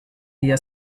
día